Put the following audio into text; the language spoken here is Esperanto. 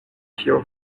kio